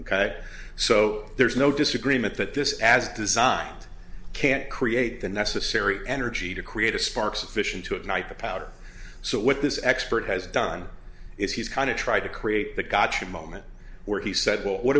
ok so there's no disagreement that this as designed can't create the necessary energy to create a spark sufficient to ignite the powder so what this expert has done is he's kind of trying to create the gotcha moment where he said well what